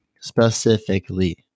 specifically